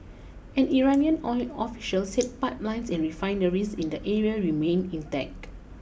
an Iranian oil official said pipelines and refineries in the area remained intact